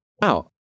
wow